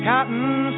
Cotton